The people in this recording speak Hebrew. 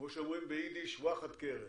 וכמו שאומרים באידיש וַאחֵד קרן,